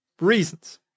reasons